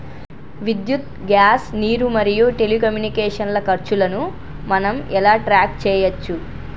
విద్యుత్ గ్యాస్ నీరు మరియు టెలికమ్యూనికేషన్ల ఖర్చులను మనం ఎలా ట్రాక్ చేయచ్చు?